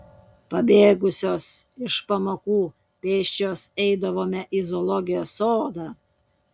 pabėgusios iš pamokų pėsčios eidavome į zoologijos sodą